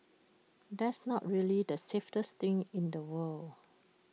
that's not really the safest thing in the world